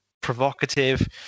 provocative